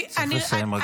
צריך לסיים, גברתי.